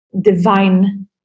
divine